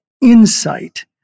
Insight